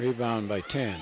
rebound by ten